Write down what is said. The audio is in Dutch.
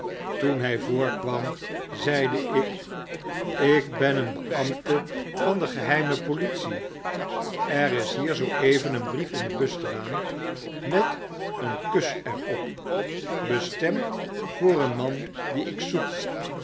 toen hij voorkwam zeide ik ik ben een beambte van de geheime politie er is hier zoo even een brief in de bus gedaan met een kus er op bestemd voor een man dien ik zoek